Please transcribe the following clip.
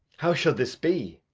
how should this be?